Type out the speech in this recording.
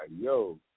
yo